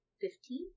Fifteen